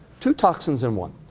two toxins in one.